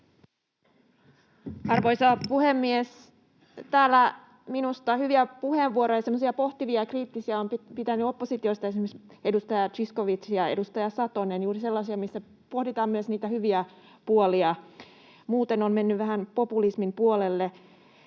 Arvoisa puhemies! Täällä minusta hyviä puheenvuoroja, semmoisia pohtivia, kriittisiä, ovat pitäneet oppositiosta esimerkiksi edustaja Zyskowicz ja edustaja Satonen, juuri sellaisia, missä pohditaan myös niitä hyviä puolia. Muuten on mennyt vähän populismin puolelle.